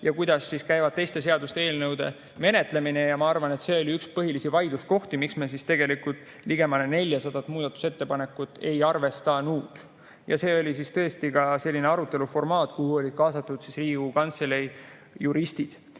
ja kuidas käib teiste seaduste eelnõude menetlemine. Ma arvan, et see oli üks põhilisi vaidluskohti ja [põhjus], miks me tegelikult ligemale 400 muudatusettepanekut ei arvestanud. Ja see oli tõesti ka selline arutelu, kuhu olid kaasatud Riigikogu Kantselei juristid.